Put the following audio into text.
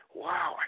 wow